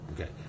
Okay